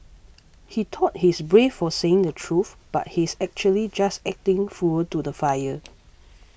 he thought he's brave for saying the truth but he's actually just acting fuel to the fire